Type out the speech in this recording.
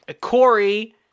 Corey